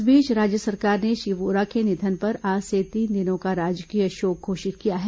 इस बीच राज्य सरकार ने श्री वोरा के निधन पर आज से तीन दिनों का राजकीय शोक घोषित किया है